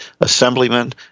assemblyman